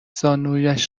زانویش